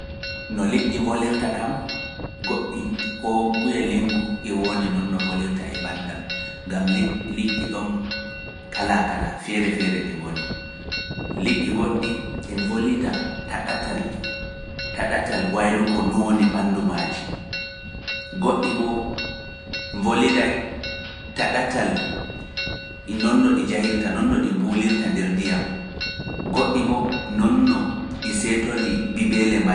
No liƴƴi volirta kam, goɗɗi ko nguyalingu e woodi non no volirta e banndam, ngam liƴƴi ɗon kala kala feere feere ɗi ngoni. Liƴƴi goɗɗi e volida taɗatal waylugo noone ɓandumaaji. Goɗɗi boo voliday taɗatal non no ɗi jahirta, non no ɗi mbuulirta nder ndiyam, goɗɗi boo non no ɗi seedtori bibele mayde.